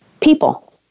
People